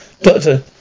Doctor